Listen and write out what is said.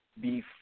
beef